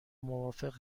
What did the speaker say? موافق